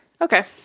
Okay